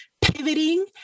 pivoting